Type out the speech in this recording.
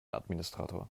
administrator